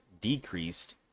decreased